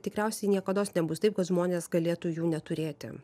tikriausiai niekados nebus taip kad žmonės galėtų jų neturėti